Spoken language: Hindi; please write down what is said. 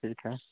ठीक है